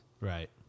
right